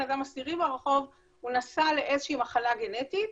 אדם עשירי ברחוב הוא נשא לאיזה שהיא מחלה גנטית,